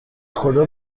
خدا